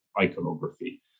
iconography